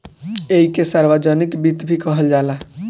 ऐइके सार्वजनिक वित्त भी कहल जाला